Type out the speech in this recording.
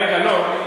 רגע, לא.